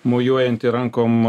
mojuojantį rankom